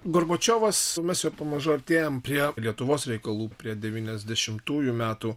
gorbačiovas mes jau pamažu artėjam prie lietuvos reikalų prie devyniasdešimtųjų metų